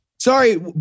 Sorry